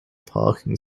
parking